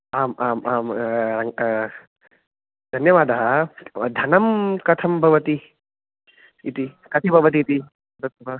आम् आम् आम् धन्यवादः धनं कथं भवति इति कति भवति इति दत्त्वा